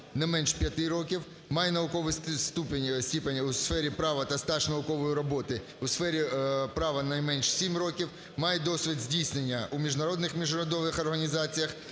не менше 5 років; має науковий ступінь у сфері права та стаж наукової роботи у сфері права найменш 7 років; має досвід здійснення у міжнародних міжурядових організаціях